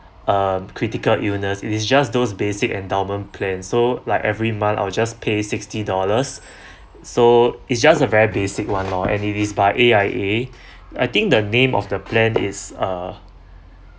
um critical illness it is just those basic endowment plan so like every month I will just pay sixty dollars so it's just a very basic one lor and it is by A_I_A I think the name of the plan is uh